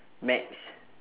maths